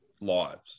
lives